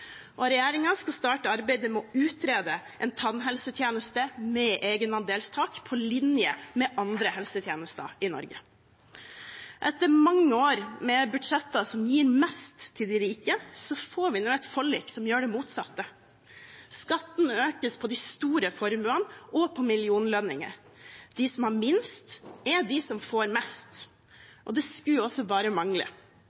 og regjeringen skal starte arbeidet med å utrede en tannhelsetjeneste med egenandelstak på linje med andre helsetjenester i Norge. Etter mange år med budsjetter som gir mest til de rike, får vi nå et forlik som gjør det motsatte. Skatten økes på de store formuene og på millionlønninger. De som har minst, er de som får